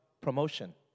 promotion